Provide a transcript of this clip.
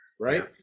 Right